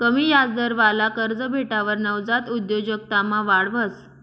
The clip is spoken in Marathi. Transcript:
कमी याजदरवाला कर्ज भेटावर नवजात उद्योजकतामा वाढ व्हस